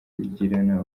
kugirana